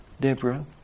Deborah